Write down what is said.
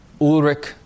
Ulrich